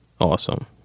awesome